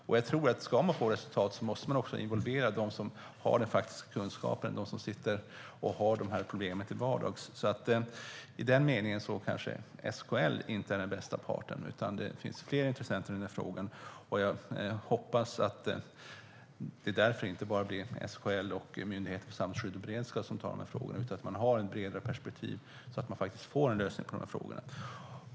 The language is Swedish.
Om man ska få resultat tror jag att man måste involvera dem som har den faktiska kunskapen och har de här problemen till vardags. I den meningen är SKL kanske inte den bästa parten, utan det finns fler intressenter i frågan. Jag hoppas därför att det inte blir bara SKL och Myndigheten för samhällsskydd och beredskap som tar frågan, utan att man har ett bredare perspektiv, så att det faktiskt blir en lösning på frågorna.